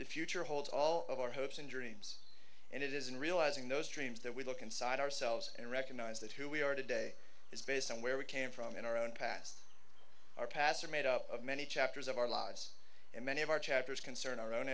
the future holds all of our hopes and dreams and it is in realizing those dreams that we look inside ourselves and recognize that who we are today is based on where we can from in our own past our pasts are made up of many chapters of our lives and many of our chapters concern our own